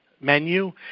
menu